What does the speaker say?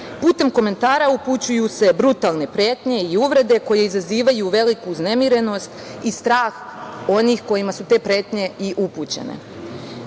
Putem komentara upućuju se brutalne pretnje i uvrede koje izazivaju veliku uznemirenost i strah onih kojima su te pretnje i upućene. Ta